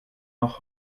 noch